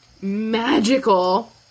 magical